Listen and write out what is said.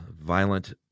violent